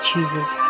Jesus